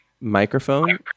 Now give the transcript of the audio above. microphone